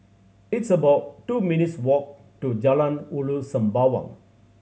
it's about two minutes' walk to Jalan Ulu Sembawang